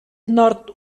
nord